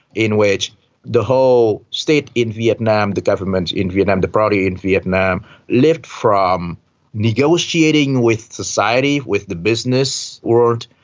in which the whole state in vietnam, the government in vietnam, the party in vietnam lived from negotiating with society, with the business world,